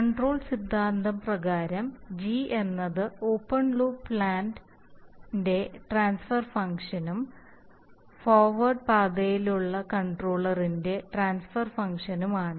control സിദ്ധാന്തം പ്രകാരം G എന്നത് ഓപ്പൺ ലൂപ്പ് പ്ലാൻറ് ഇൻറെ ട്രാൻസ്ഫർ ഫംഗ്ഷൻ ഉം ഫോർ വേർഡ് പാതയിലുള്ള ഉള്ള കൺട്രോളർ ഇൻറെ ട്രാൻസ്ഫർ ഫംഗ്ഷൻആണ്